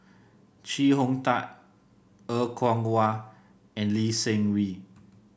Chee Hong Tat Er Kwong Wah and Lee Seng Wee